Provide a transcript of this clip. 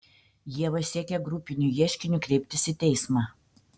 ieva siekia grupiniu ieškiniu kreiptis į teismą